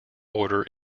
order